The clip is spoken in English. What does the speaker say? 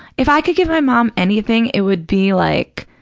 if i could give my mom anything, it would be like,